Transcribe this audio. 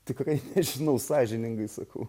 tikrai nežinau sąžiningai sakau